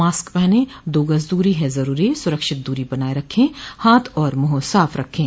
mask पहनें दो गज़ दूरी है ज़रूरी सुरक्षित दूरी बनाए रखें हाथ और मुंह साफ रखें